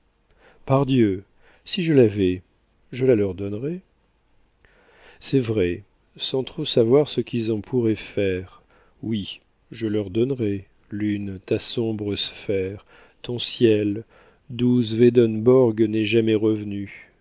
pardieu si je l'avais je la leur donnerais c'est vrai sans trop savoir ce qu'ils en pourraient faire oui je leur donnerais lune ta sombre sphère ton ciel d'où swedenborg n'est jamais revenu